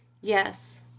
Yes